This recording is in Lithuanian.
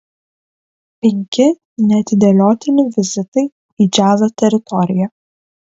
penki neatidėliotini vizitai į džiazo teritoriją